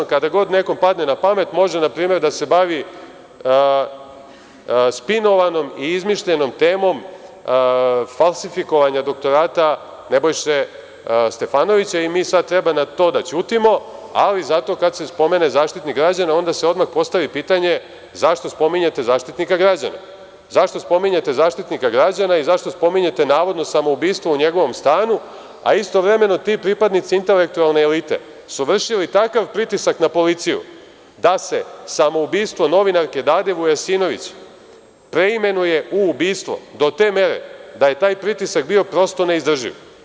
Ali zato, kada god nekome padne na pamet, može, na primer, da se bavi spinovanom i izmišljenom temom falsifikovanja doktorata Nebojše Stefanovića i mi sada treba na to da ćutimo, ali zato kada se spomene zaštitnik građana, odmah se postavi pitanje zašto spominjete zaštitnika građana i zašto spominjete navodno samoubistvo u njegovom stanu, a istovremeno pripadnici intelektualne elite su vršili takav pritisak na policiju da se samoubistvo novinarke Dade Vujasinović preimenuje u ubistvo do te mere da je taj pritisak bio prosto neizdrživ.